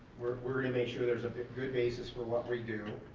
we're we're gonna make sure there's a good basis for what we do,